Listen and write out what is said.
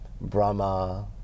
Brahma